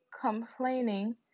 complaining